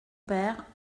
père